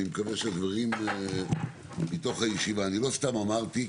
מקווה שהדברים מתוך הישיבה --- אני לא סתם אמרתי,